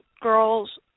Girls